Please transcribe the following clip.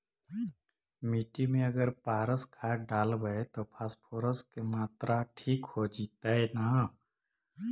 मिट्टी में अगर पारस खाद डालबै त फास्फोरस के माऋआ ठिक हो जितै न?